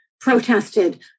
protested